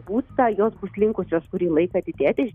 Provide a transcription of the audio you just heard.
būstą jos bus linkusios kurį laiką didėti